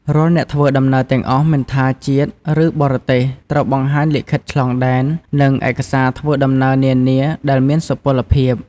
រាល់អ្នកធ្វើដំណើរទាំងអស់មិនថាជាតិឬបរទេសត្រូវបង្ហាញលិខិតឆ្លងដែននិងឯកសារធ្វើដំណើរនានាដែលមានសុពលភាព។